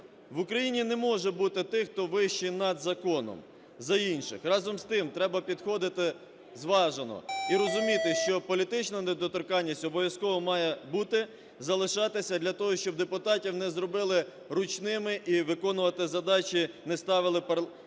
В Україні не може бути тих, хто вищий над законом за інших. Разом з тим, треба підходити зважено і розуміти, що політична недоторканність обов'язково має бути, залишатися для того, щоб депутатів не зробили ручними і виконувати задачі не ставили парламентарям